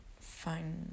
fine